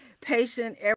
patient